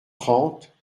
trente